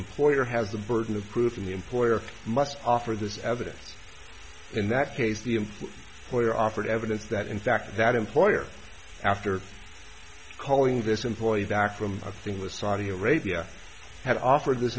employer has the burden of proof and the employer must offer this evidence in that case the employer where offered evidence that in fact that employer after calling this employee that from a thing with saudi arabia had offered this